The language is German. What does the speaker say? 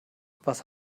was